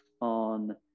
on